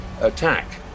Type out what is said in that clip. attack